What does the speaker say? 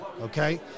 Okay